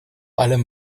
allem